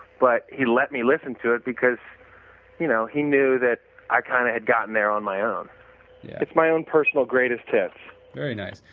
but he let me listen to it because you know he knew that i kind of had gotten there on my own yeah it's my own personal greatest hits very nice.